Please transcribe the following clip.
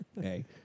Hey